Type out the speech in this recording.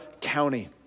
County